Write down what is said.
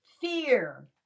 fear